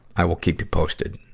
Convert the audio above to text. i will keep you posted,